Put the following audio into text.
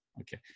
okay